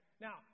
Now